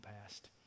past